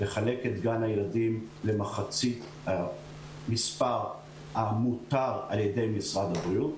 לחלק את גן הילדים למחצית המספר המותר על-ידי משרד הבריאות.